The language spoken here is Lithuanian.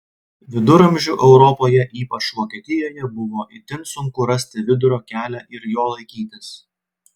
viduramžių europoje ypač vokietijoje buvo itin sunku rasti vidurio kelią ir jo laikytis